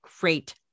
great